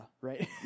right